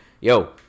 yo